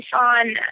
on